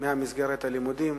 ממסגרת הלימודים.